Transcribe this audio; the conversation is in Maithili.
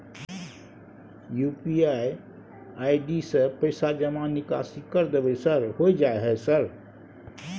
यु.पी.आई आई.डी से पैसा जमा निकासी कर देबै सर होय जाय है सर?